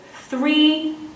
three